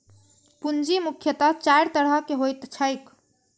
पूंजी मुख्यतः चारि तरहक होइत छैक